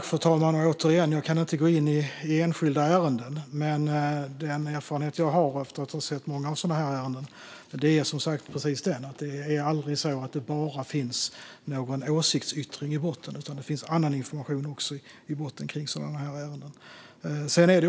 Fru talman! Återigen: Jag kan inte gå in på enskilda ärenden. Men den erfarenhet jag har, efter att ha sett många sådana här ärenden, är som sagt att det aldrig är så att det bara finns någon åsiktsyttring i botten. Det finns också annan information i botten i sådana här ärenden.